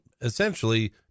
essentially